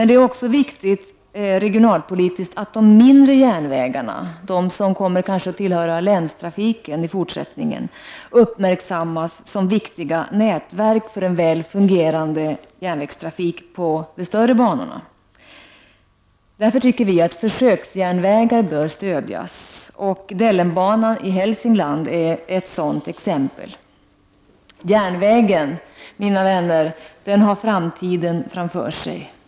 Det är också viktigt regionalpolitiskt att de mindre järnvägarna, som kanske kommer att tillhöra länstrafiken i fortsättningen, uppmärksammas som viktiga nätverk för en väl fungerande järnvägstrafik på de större banorna. Försöksjärnvägar bör därför stödjas. Dellenbanan i Hälsingland är ett sådant exempel. Järnvägen, mina vänner, har framtiden för sig.